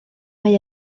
mae